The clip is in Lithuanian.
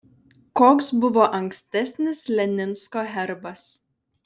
koks buvo ankstesnis leninsko herbas